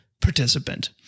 participant